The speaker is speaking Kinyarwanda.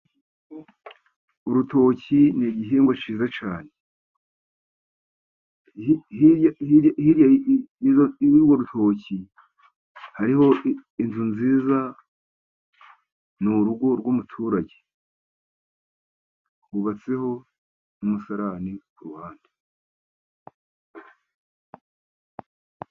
Urutoki ni igihingwa cyiza cyane, hirya y'urwo rutoki hariho inzu nziza ni urugo rw'umuturage, hubatseho umusarani ku ruhande.